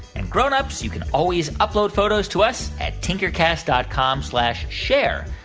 and grown-ups, you can always upload photos to us at tinkercast dot com slash share.